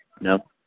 No